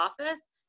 office